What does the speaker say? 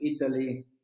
Italy